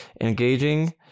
Engaging